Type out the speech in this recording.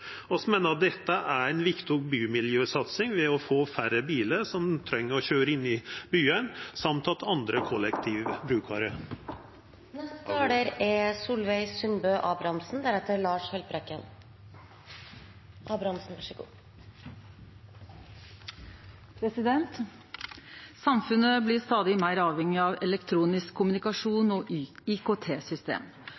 meiner dette er ei viktig bymiljøsatsing ved å få færre bilar som treng å køyra inn i byane, samt at andre kollektivbrukarar … Tiden er ute. Samfunnet blir stadig meir avhengig av elektronisk kommunikasjon og IKT-system. Ny teknologi og digitalisering endrar og gjennomsyrar samfunnet,